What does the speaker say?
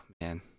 Man